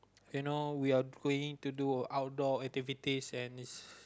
you know we are going to do a outdoor activities and it's